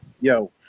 yo